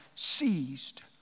seized